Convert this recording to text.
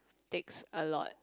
takes a lot